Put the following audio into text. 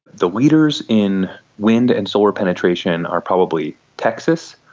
the leaders in wind and solar penetration are probably texas,